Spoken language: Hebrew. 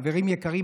חברים יקרים,